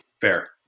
Fair